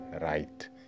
right